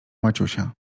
maciusia